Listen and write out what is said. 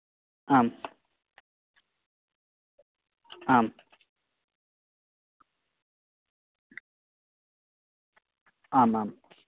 आम् आम् आम् आम्